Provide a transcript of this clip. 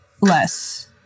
less